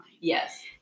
Yes